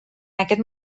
aquest